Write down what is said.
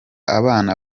abana